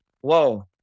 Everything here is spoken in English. whoa